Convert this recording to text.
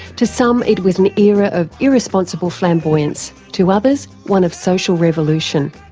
to some it was an era of irresponsible flamboyance, to others, one of social revolution.